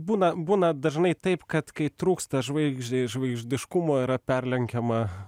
būna būna dažnai taip kad kai trūksta žvaigždei žvaigždiškumo yra perlenkiama